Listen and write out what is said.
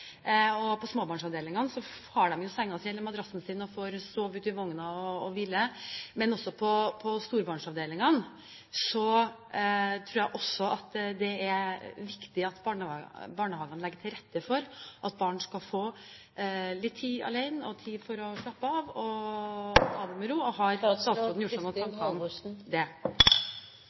Og på småbarnsavdelingene har de madrassene sine og får sove ute i vogna og hvile. Men også på storbarnsavdelingene tror jeg det er viktig at barnehagene legger til rette for at barn skal få litt tid alene og tid til å slappe av og ta det med ro. Har statsråden gjort seg noen tanker om det? Jeg har vel samme erfaring som representanten her i at